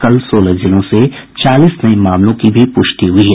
कल सोलह जिलों से चालीस नये मामलों की भी पुष्टि हुई है